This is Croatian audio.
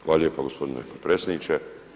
Hvala lijepo gospodine potpredsjedniče.